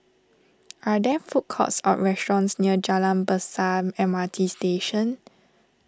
are there food courts or restaurants near Jalan Besar M R T Station